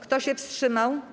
Kto się wstrzymał?